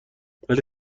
ولی